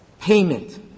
payment